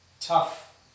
tough